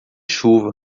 chuva